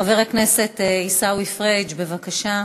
חבר הכנסת עיסאווי פריג', בבקשה.